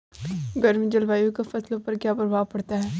गर्म जलवायु का फसलों पर क्या प्रभाव पड़ता है?